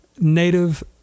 Native